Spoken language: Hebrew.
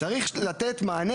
צריך לתת מענה,